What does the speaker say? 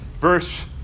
verse